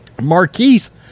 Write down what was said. Marquise